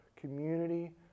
community